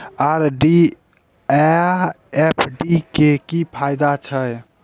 RD आ FD क की फायदा छै?